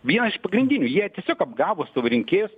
vienas iš pagrindinių jie tiesiog apgavo savo rinkėjus